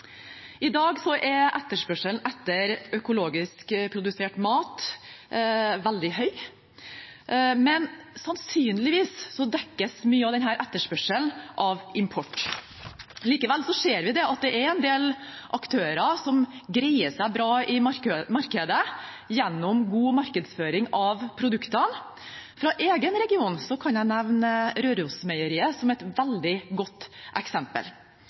I dag er etterspørselen etter økologisk produsert mat veldig høy, men sannsynligvis dekkes mye av denne etterspørselen av import. Likevel ser vi at det er en del aktører som greier seg bra i markedet gjennom god markedsføring av produktene. Fra egen region kan jeg nevne Rørosmeieriet som et veldig godt eksempel.